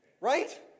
Right